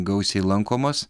gausiai lankomos